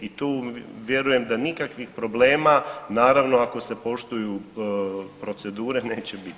I tu vjerujem da nikakvih problema, naravno ako se poštuju procedure neće biti.